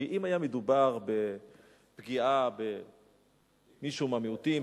כי אם היה מדובר בפגיעה במישהו מהמיעוטים,